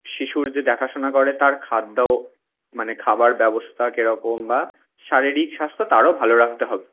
শিশুর যে দেখাশোনা করে তার খাদ্যও মানে খাবার ব্যবস্থা কেরকম বা শারীরিক স্বাস্থ্য তারও ভালো রাখতে হবে